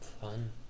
Fun